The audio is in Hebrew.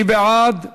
מי בעד?